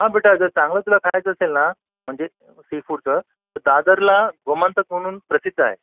हां बेटा जर चांगलं तुला खायचं असेल ना म्हणजे सीफूडचं तर दादरला गोमांतक म्हणून प्रसिद्ध आहे